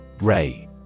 Ray